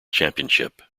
championship